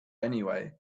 anyway